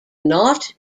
not